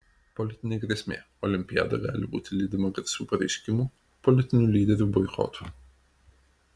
politinė grėsmė olimpiada gali būti lydima garsių pareiškimų politinių lyderių boikotų